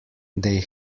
they